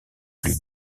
plus